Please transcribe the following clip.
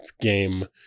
game